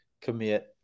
commit